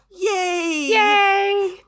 Yay